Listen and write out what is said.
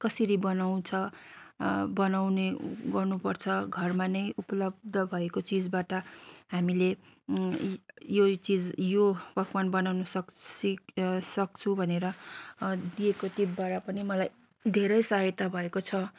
कसरी बनाउँछ बनाउने गर्नुपर्छ घरमा नै उपलब्ध भएको चिजबाट हामीले यो चिज यो पकवान बनाउनु सक्छु भनेर दिएको टिपबाट पनि मलाई धेरै सहायता भएको छ